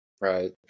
Right